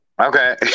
Okay